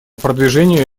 продвижению